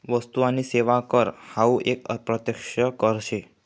वस्तु आणि सेवा कर हावू एक अप्रत्यक्ष कर शे